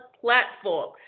platform